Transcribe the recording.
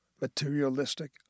materialistic